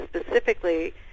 specifically